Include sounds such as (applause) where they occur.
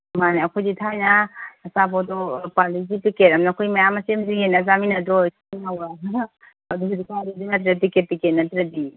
ꯃꯥꯅꯤ ꯑꯩꯈꯣꯏꯗꯤ ꯊꯥꯏꯅ ꯑꯆꯥꯄꯣꯠꯇꯣ ꯄꯥꯔꯂꯤꯒꯤ ꯄꯦꯀꯦꯠ ꯑꯝꯅ ꯑꯩꯈꯣꯏ ꯃꯌꯥꯝ ꯃꯆꯦꯠ ꯃꯆꯦꯠ ꯌꯦꯟꯅꯔ ꯆꯥꯃꯤꯟꯅꯗ꯭ꯔꯣ (unintelligible) ꯑꯗꯣ ꯍꯧꯖꯤꯛ ꯀꯥꯟꯗꯤ ꯑꯗꯨ ꯅꯠꯇ꯭ꯔꯦ ꯄꯤꯀꯦꯠ ꯄꯤꯀꯦꯠ ꯅꯠꯇ꯭ꯔꯗꯤ